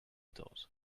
quatorze